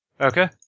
Okay